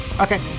Okay